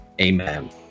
Amen